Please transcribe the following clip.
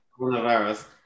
Coronavirus